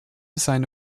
seine